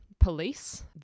police